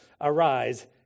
arise